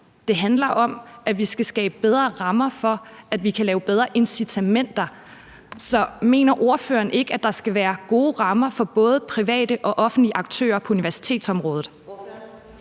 det handler om, at vi skal skabe bedre rammer for, at vi kan lave bedre incitamenter. Så mener ordføreren ikke, at der skal være gode rammer for både private og offentlige aktører på universitetsområdet?